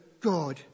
God